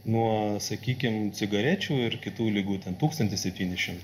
nuo sakykim cigarečių ir kitų ligų ten tūkstantis septyni šimtai